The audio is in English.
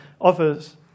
offers